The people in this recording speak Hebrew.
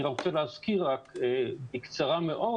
אני רוצה להזכיר בקצרה מאוד,